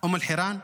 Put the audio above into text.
אום אל-חיראן?